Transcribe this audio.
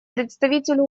представителю